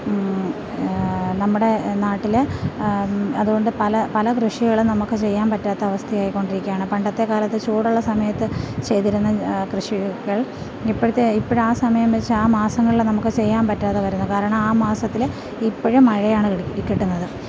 നമ്മുടെ നാട്ടില് അതുകൊണ്ട് പല പല കൃഷികളും നമുക്ക് ചെയ്യാന് പറ്റാത്ത അവസ്ഥയായിക്കൊണ്ടിരിക്കുകയാണ് പണ്ടത്തെക്കാലത്ത് ചൂടുള്ള സമയത്ത് ചെയ്തിരുന്ന കൃഷി കള് ഇപ്പഴത്തെ ഇപ്പഴാ സമയം വെച്ച് ആ മാസങ്ങളില് നമുക്ക് ചെയ്യാൻ പറ്റാതെ വരുന്നു കാരണം ആ മാസത്തില് ഇപ്പഴ് മഴയാണ് ഈ കിട്ടുന്നത്